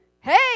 Hey